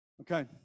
Okay